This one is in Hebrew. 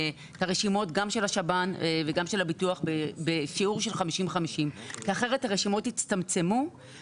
של שהשב"ן וגם של הביטוח בשיעור של 50:50. אחרת הרשימות יצטמצמו,